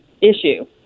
issue